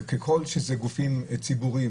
וככל שזה גופים ציבוריים,